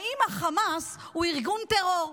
האם החמאס הוא ארגון טרור?